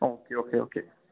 okay okay okay